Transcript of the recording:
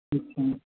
ठीक